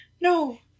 no